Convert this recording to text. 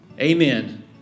Amen